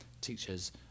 teachers